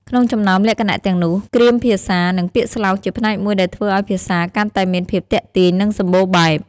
ក្នុងចំណោមលក្ខណៈទាំងនោះ គ្រាមភាសា និងពាក្យស្លោកជាផ្នែកមួយដែលធ្វើឲ្យភាសាកាន់តែមានភាពទាក់ទាញ និងសម្បូរបែប។